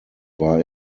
war